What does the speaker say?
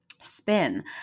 spin